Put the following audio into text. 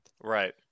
Right